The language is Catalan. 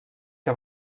que